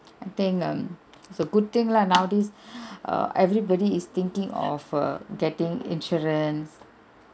I think um it's a good thing lah nowadays err everybody is thinking of err getting insurance